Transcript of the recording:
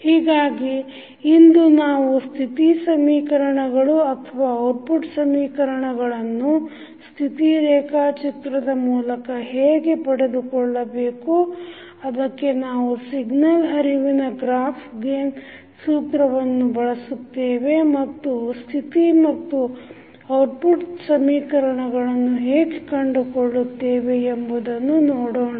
ಹೀಗಾಗಿ ಇಂದು ನಾವು ಸ್ಥಿತಿ ಸಮೀಕರಣಗಳು ಅಥವಾ ಔಟ್ಪುಟ್ ಸಮೀಕರಣಗಳನ್ನು ಸ್ಥಿತಿ ರೇಖಾಚಿತ್ರದ ಮೂಲಕ ಹೇಗೆ ಪಡೆದುಕೊಳ್ಳಬೇಕು ಅದಕ್ಕೆ ನಾವು ಸಿಗ್ನಲ್ ಹರಿವಿನ ಗ್ರಾಫ್ ಗೇನ್ ಸೂತ್ರವನ್ನು ಬಳಸುತ್ತೇವೆ ಮತ್ತು ಸ್ಥಿತಿ ಮತ್ತು ಔಟ್ಪುಟ್ ಸಮೀಕರಣಗಳನ್ನು ಹೇಗೆ ಕಂಡುಕೊಳ್ಳುತ್ತೇವೆ ಎಂಬುದನ್ನು ನೋಡೋಣ